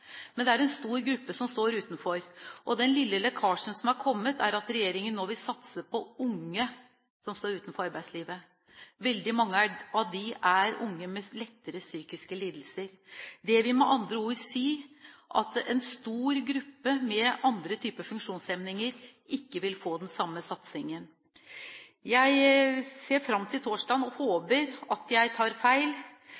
Men det er en stor gruppe som står utenfor. Den lille lekkasjen som er kommet, er at regjeringen nå vil satse på unge som står utenfor arbeidslivet. Veldig mange av dem er unge med lettere psykiske lidelser. Det vil med andre ord si at en stor gruppe med andre typer funksjonshemninger ikke vil få den samme satsingen. Jeg ser fram til torsdag og